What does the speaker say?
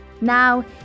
Now